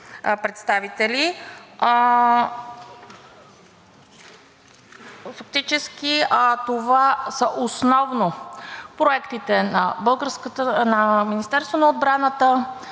представители. Фактически това са основно проектите на Министерството на отбраната,